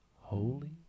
holy